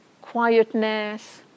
quietness